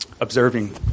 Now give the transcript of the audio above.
observing